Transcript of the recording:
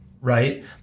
right